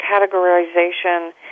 categorization